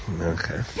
Okay